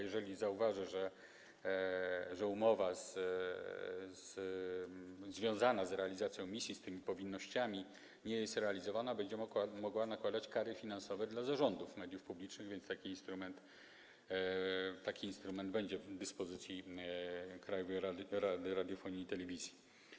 Jeżeli zauważy, że umowa związana z realizacją misji, z tymi powinnościami, nie jest realizowana, będzie mogła nakładać kary finansowe na zarządy mediów publicznych, więc taki instrument będzie w dyspozycji Krajowej Rady Radiofonii i Telewizji.